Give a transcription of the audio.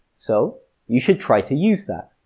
so you should try to use that.